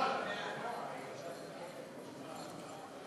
הצעת ועדת הכנסת להעביר